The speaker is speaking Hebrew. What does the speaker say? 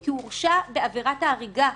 כי הוא הורשע בעבירת הריגה,